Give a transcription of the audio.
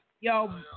Yo